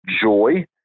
joy